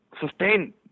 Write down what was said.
sustain